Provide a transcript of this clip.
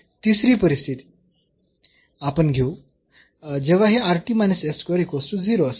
तिसरी परिस्थिती आपण घेऊ जेव्हा हे असेल